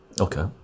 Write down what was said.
okay